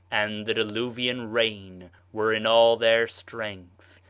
and the diluvian rain were in all their strength.